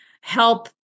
help